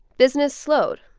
business slowed.